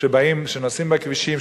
שנוסעים בכבישים,